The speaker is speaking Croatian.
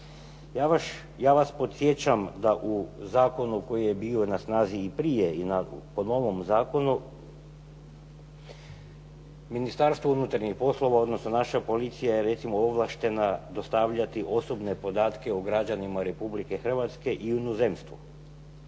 Ja vas podsjećam da u zakonu koji je bio na snazi i prije i po novom zakonu Ministarstvo unutarnjih poslova, odnosno naša policija je recimo ovlaštena dostavljati osobne podatke o građanima Republike Hrvatske i u inozemstvo.